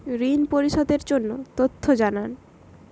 ঋন পরিশোধ এর তথ্য জানান